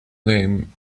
name